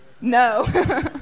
No